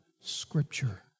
scripture